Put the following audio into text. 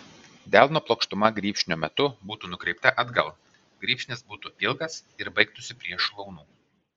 delno plokštuma grybšnio metu būtų nukreipta atgal grybšnis būtų ilgas ir baigtųsi prie šlaunų